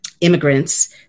immigrants